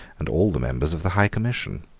and all the members of the high commission.